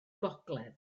gogledd